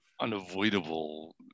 unavoidable